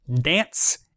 dance